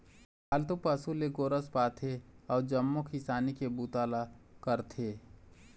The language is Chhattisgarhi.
पालतू पशु ले गोरस पाथे अउ जम्मो किसानी के बूता ल करथे